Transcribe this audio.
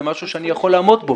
זה משהו שאני יכול לעמוד בו.